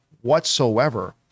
whatsoever